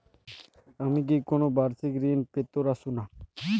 আমি কি কোন বাষিক ঋন পেতরাশুনা?